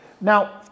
Now